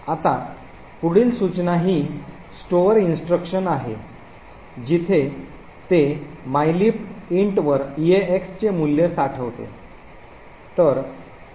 आता पुढील सूचना ही स्टोअर इंस्ट्रक्शन आहे जिथे ते mylib int वर EAX चे मूल्य साठवते